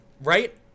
Right